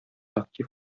актив